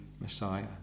Messiah